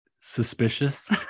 suspicious